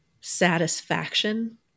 satisfaction